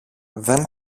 δεν